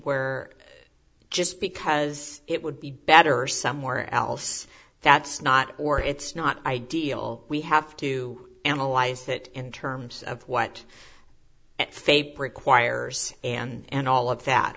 where just because it would be better somewhere else that's not or it's not ideal we have to analyze that in terms of what faith requires and all of that